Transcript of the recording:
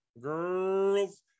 Girls